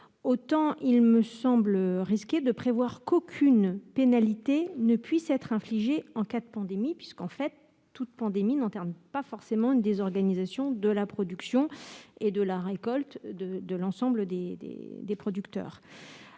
autant il me semble risqué de prévoir qu'aucune pénalité ne puisse être infligée en cas de pandémie. Toute pandémie n'entraîne pas forcément une désorganisation de la production et de la récolte. En revanche, lorsqu'un producteur